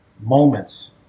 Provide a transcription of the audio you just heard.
moments